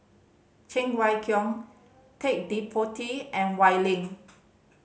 Cheng Wai Keung Ted De Ponti and Wee Lin